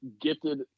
gifted